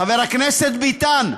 חבר הכנסת ביטן,